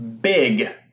big